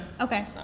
Okay